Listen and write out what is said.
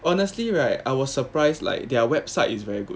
honestly right I was surprised like their website is very good